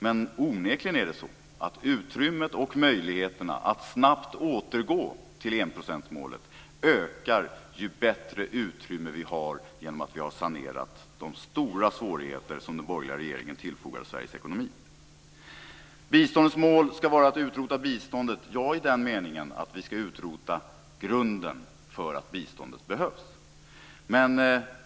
Men onekligen är det så att utrymmet och möjligheterna att snabbt återgå till enprocentsmålet ökar ju bättre utrymme vi har genom att vi har sanerat de stora svårigheter som den borgerliga regeringen tillfogade Sveriges ekonomi. Biståndsmålet ska vara att utrota biståndet - ja, i den meningen att vi ska utrota grunden för att biståndet behövs.